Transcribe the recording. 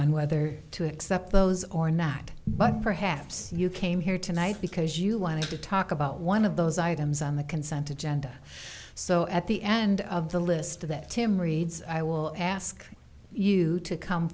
on whether to accept those or not but perhaps you came here tonight because you wanted to talk about one of those items on the consent of genda so at the end of the list of that tim reads i will ask you to come